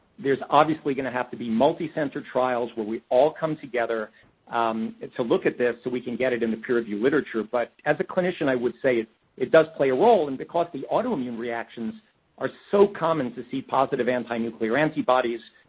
there's obviously going to have to be multicenter trials where we all come together um to look at this. so, we can get it in the peer-reviewed literature. but, as a clinician, i would say it it does play a role, and because the autoimmune reactions are so common to see positive anti-nuclear antibodies,